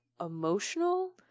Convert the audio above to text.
emotional